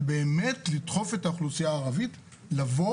זה באמת לדחוף את האוכלוסייה הערבית לבוא